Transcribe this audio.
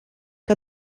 que